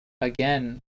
again